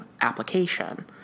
application